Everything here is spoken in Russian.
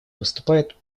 выступает